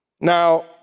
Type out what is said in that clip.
Now